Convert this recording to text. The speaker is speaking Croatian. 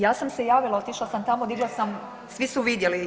Ja sam se javila, otišla sam tamo, digla sam, svi su vidjeli.